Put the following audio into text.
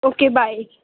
okay bye